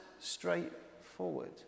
straightforward